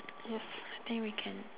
yes I think we can